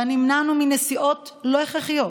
שבה נמנענו מנסיעות לא הכרחיות